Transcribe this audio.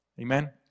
Amen